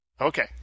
Okay